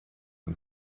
von